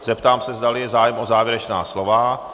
Zeptám se, zdali je zájem o závěrečná slova.